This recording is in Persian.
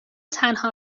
تنها